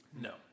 No